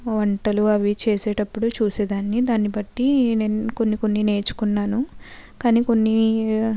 వంటలు అవి చేసేటప్పుడు చూసేదాన్ని దాన్ని బట్టి నేను కొన్ని కొన్ని నేర్చుకున్నాను కానీ కొన్ని